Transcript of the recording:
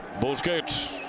Busquets